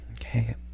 okay